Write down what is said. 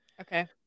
Okay